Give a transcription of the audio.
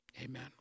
Amen